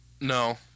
No